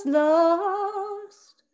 lost